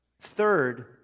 Third